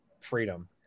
Freedom